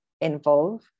involve